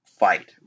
fight